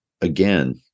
again